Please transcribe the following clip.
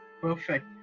Perfect